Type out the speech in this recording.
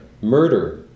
Murder